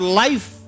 life